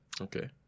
okay